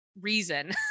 reason